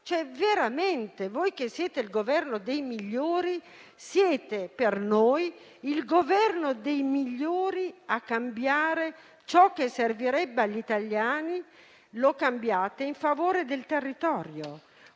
visto. Veramente, voi, che siete il Governo dei migliori, siete per noi il Governo dei migliori a cambiare ciò che servirebbe agli italiani in favore del territorio